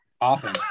often